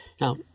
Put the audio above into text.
Now